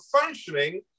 functioning